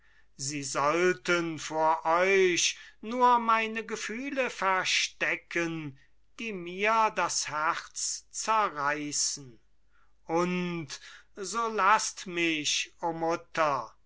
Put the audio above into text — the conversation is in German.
sie sollten vor euch nur meine gefühle verstecken die mir das herz zerreißen und so laßt mich o mutter